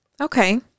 okay